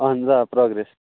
اہن حظ آ پرٛوگریس